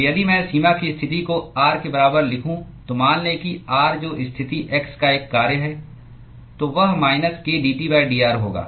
तो यदि मैं सीमा की स्थिति को r के बराबर लिखूं तो मान लें कि R जो स्थिति x का एक कार्य है तो वह minus k dT d r होगा